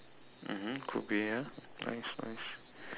mmhmm could be ya nice nice